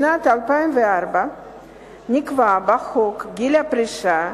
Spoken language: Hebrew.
בשנת 2004 נקבע בחוק גיל פרישה,